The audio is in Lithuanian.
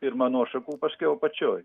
pirma nuo šakų paskiau apačioj